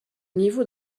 niveau